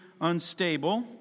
unstable